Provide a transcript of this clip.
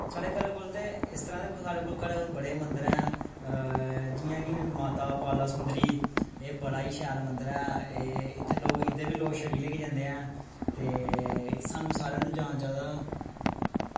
साढ़े घरै कोल ते इस तरह् दे साढ़े घरै कोल बड़े मन्दर ऐ जियां कि माता बाला सुन्दरी एह् बड़ा ई शैल मंदर ऐ एह् इत्थें लोक इत्थें बी लोक छड़ी ले के जंदे ऐ ते सानूं सारेआं नू जाना चाहिदा